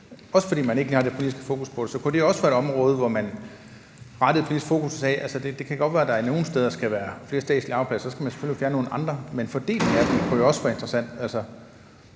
også fordi man ikke har det politiske fokus på det. Så kunne det også være et område, hvor man rettede politisk fokus på det og sagde: Det kan godt være, at der nogle steder skal være flere statslige arbejdspladser? Så skal man selvfølgelig fjerne nogle andre, men fordelingen af dem kunne jo også være interessant.